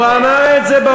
הוא אמר את זה.